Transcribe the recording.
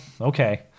okay